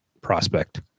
prospect